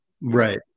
right